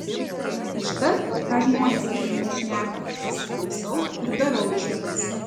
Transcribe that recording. užtat ką žmonės aplinkui šneka pasiklausau ir darau išvadas